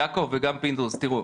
יעקב וגם פינדרוס, תראו,